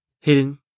hidden